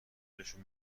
دلشون